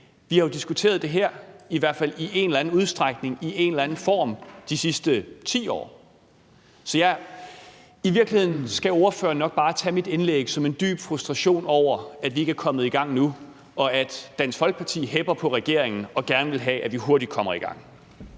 Vi har jo diskuteret det her i hvert fald i en eller anden udstrækning, i en eller anden form de sidste 10 år. I virkeligheden skal ordføreren nok bare tage mit indlæg som en dyb frustration over, at vi ikke er kommet i gang endnu, og et udtryk for, at Dansk Folkeparti hepper på regeringen og gerne vil have, at vi hurtigt kommer i gang.